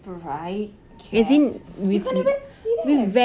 bright cats you can't even see them